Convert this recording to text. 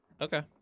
Okay